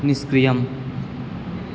निष्क्रियम्